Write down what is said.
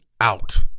out